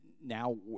Now